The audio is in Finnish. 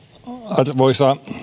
arvoisa